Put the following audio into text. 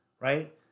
Right